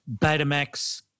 Betamax